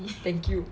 thank you